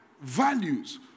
values